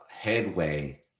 headway